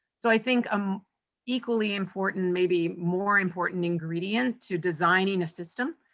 so i think um equally important, maybe more important ingredient to designing a system,